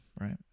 right